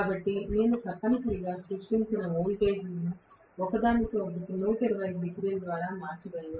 కాబట్టి నేను తప్పనిసరిగా సృష్టించిన వోల్టేజ్లను ఒకదానికొకటి 120 డిగ్రీల ద్వారా మార్చగలను